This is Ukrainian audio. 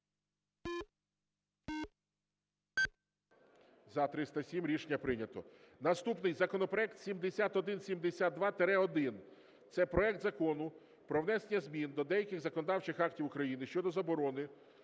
За-307 Рішення прийнято. Наступний законопроект 7172-1. Це проект Закону про внесення змін до деяких законодавчих актів України щодо заборони